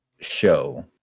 show